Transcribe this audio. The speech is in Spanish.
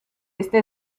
está